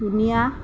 ধুনীয়া